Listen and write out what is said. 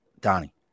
Donnie